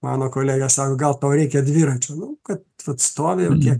mano kolega sako gal tau reikia dviračio nu kad vat stovi jau kiek